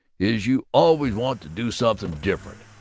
is you always want to do something different!